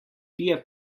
pije